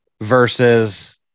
versus